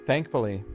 Thankfully